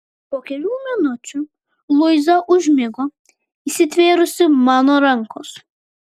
po kelių minučių luiza užmigo įsitvėrusi mano rankos